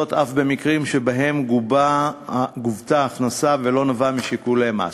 זאת אף במקרים שבהם גובה ההכנסה לא נבע משיקולי מס.